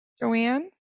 Joanne